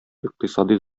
икътисади